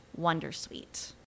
wondersuite